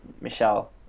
Michelle